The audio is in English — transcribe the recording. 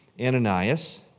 Ananias